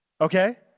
Okay